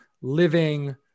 living